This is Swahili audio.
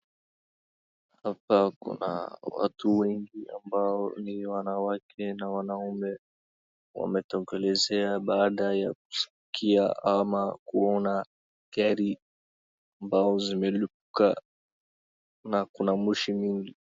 Hapa kuna watu wengi ambao ni wanawake na wanaume, wametokelezea baada ya kushuhudia ama kuona gari ambazo zimelipuka na kuna moshi mingi.